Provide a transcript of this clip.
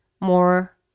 more